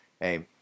hey